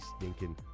stinking